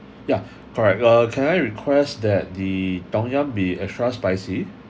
yeah correct uh can I request that the tom yum be extra spicy